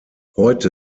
heute